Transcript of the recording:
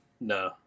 No